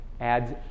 adds